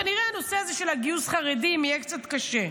כנראה הנושא הזה של גיוס חרדים יהיה קצת קשה.